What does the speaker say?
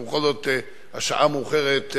ובכל זאת, השעה מאוחרת,